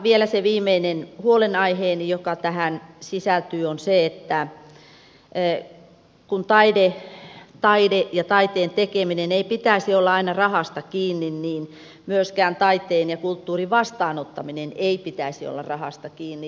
vielä viimeinen huolenaiheeni joka tähän sisältyy on se että kun taiteen ja taiteen tekemisen ei pitäisi olla aina rahasta kiinni niin myöskään taiteen ja kulttuurin vastaanottamisen ei pitäisi olla rahasta kiinni